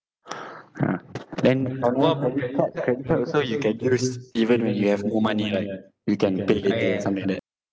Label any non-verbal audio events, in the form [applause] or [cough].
[breath] ha then one of the credit card credit card also you can use even when you have no money right you can pay something like that